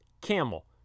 camel